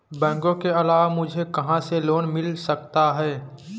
बैंकों के अलावा मुझे कहां से लोंन मिल सकता है?